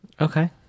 okay